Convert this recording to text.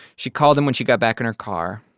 she called him when she got back in her car.